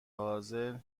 حاضر